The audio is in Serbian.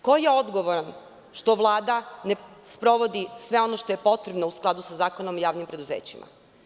Ko je odgovoran što Vlada ne sprovodi sve ono što je potrebno u skladu sa Zakonom o javnim preduzećima?